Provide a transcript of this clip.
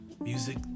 music